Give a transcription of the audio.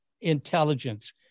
Intelligence